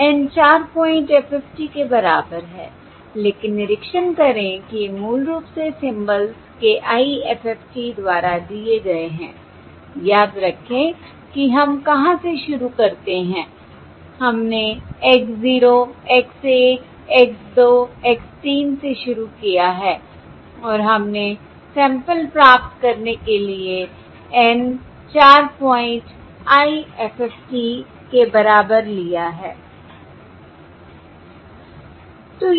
N 4 point FFT के बराबर है लेकिन निरीक्षण करें कि ये मूल रूप से सिंबल्स के IFFT द्वारा दिए गए हैं याद रखें कि हम कहाँ से शुरू करते हैं हमने X 0 X 1 X 2 X 3 से शुरू किया है और हमने सैंपल प्राप्त करने के लिए N 4 पॉइंट IFFT के बराबर लिया है